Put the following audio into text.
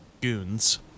goons